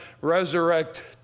resurrect